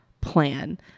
plan